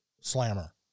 Slammer